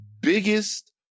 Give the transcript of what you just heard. biggest